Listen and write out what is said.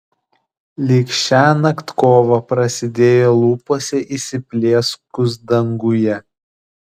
lyg šiąnakt kova prasidėjo lūpose įsiplieskus danguje